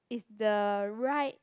is the right